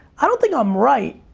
i don't think i'm right,